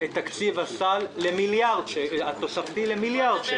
את תקציב הסל התוספתי למיליארד שקל.